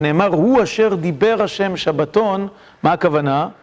נאמר, הוא אשר דיבר השם שבתון, מה הכוונה?